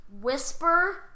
whisper